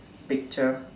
picture